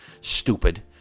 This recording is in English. Stupid